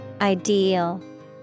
Ideal